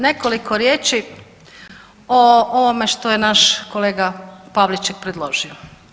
Nekoliko riječi i ovome što je naš kolega Pavliček predložio.